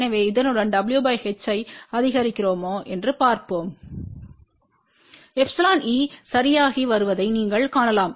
எனவே இதனுடன் w h ஐ அதிகரிக்கிறோமா என்று பார்ப்போம் Eeசரியாகி வருவதை நீங்கள் காணலாம்